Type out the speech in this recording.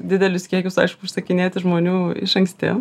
didelius kiekius aišku užsakinėti žmonių iš anksti